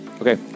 Okay